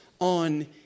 on